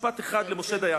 משפט אחד על משה דיין.